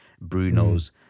Bruno's